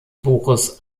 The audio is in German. buches